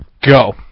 Go